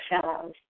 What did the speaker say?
fellows